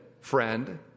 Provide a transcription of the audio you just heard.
friend